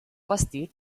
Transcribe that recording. vestit